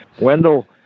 Wendell